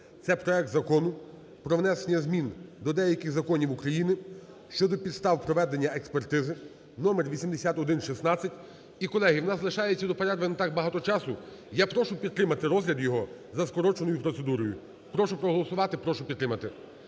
це проект Закону про внесення змін до деяких законів України щодо підстав проведення експертизи (№ 8116). І, колеги, в нас лишається до перерви не так багато часу. Я прошу підтримати розгляд його за скороченою процедурою. Прошу проголосувати. Прошу підтримати.